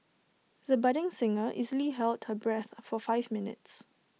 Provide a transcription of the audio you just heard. the budding singer easily held her breath for five minutes